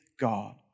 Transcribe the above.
God